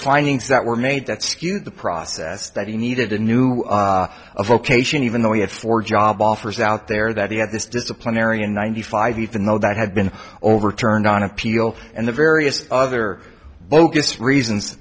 findings that were made that skewed the process that he needed a new a vocation even though he had four job offers out there that he had this disciplinary in ninety five even though that had been overturned on appeal and the various other bogus reasons